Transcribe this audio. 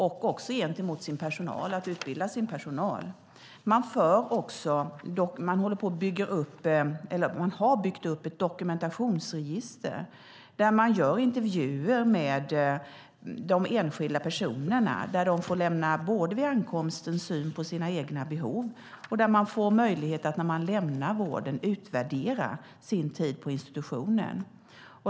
Det omfattar även utbildning av deras personal. Man har byggt upp ett dokumentationsregister där man gör intervjuer med de enskilda personerna som vid ankomsten får lämna sin syn på de egna behoven och får, när de lämnar vården, möjlighet att utvärdera sin tid på institutionen.